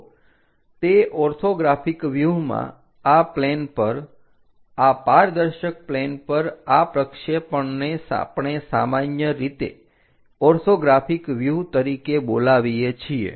તો તે ઓર્થોગ્રાફિક વ્યુહમાં આ પ્લેન પર આ પારદર્શક પ્લેન પર આ પ્રક્ષેપણને આપણે સામાન્ય રીતે ઓર્થોગ્રાફિક વ્યુહ તરીકે બોલાવીએ છીએ